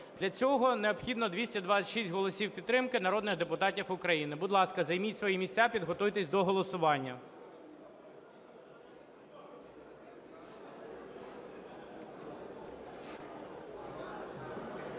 для цього необхідно 226 голосів підтримки народних депутатів України. Будь ласка, займіть свої місця, підготуйтесь до голосування.